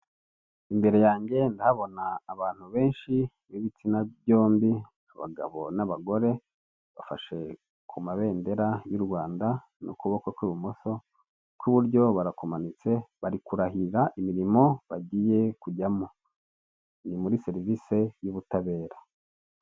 Imbere yanjye ndahabona abantu benshi b'ibitsina byombi abagabo n'amagore bafashe ku mabendera y' u Rwanda n'ukuboko kw'ibimoso ukw'iburyo barakumanitse bari kurahirira imirimo bagiye kujyamo ni muri serivise y'ubutabera.